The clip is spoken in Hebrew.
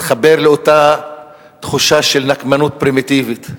מתחבר לאותה תחושה של נקמנות פרימיטיבית.